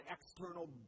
external